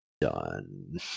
done